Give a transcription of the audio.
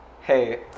Hey